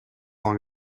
long